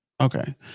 Okay